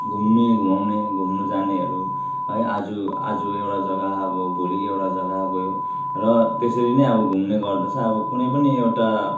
घुम्ने घुमाउने घुम्नु जानेहरू है आज आज एउटा जगा अब भोलि एउटा जगा गयो र त्यसरी नै अब घुम्ने गर्दछ अब कुनै पनि एउटा